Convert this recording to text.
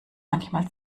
manchmal